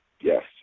Yes